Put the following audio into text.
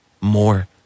more